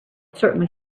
certainly